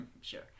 Sure